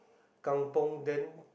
kampung then